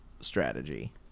strategy